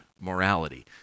morality